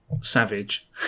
savage